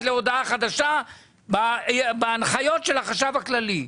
להודעה חדשה בהנחיות של החשב הכללי.